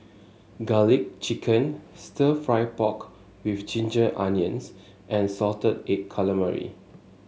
garlic chicken stir fry pork with Ginger Onions and Salted Egg Calamari